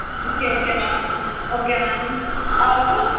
okay okay ma'am okay ma'am اور کچھ